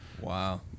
Wow